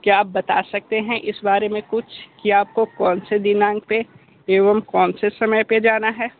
क्या आप बता सकते हैं इस बारे में कुछ कि आपको कौन से दिनांक पे एवं कौन से समय पे जाना है